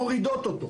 מורידות אותו,